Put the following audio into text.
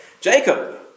Jacob